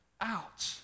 out